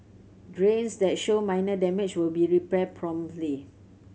drains that show minor damage will be repaired promptly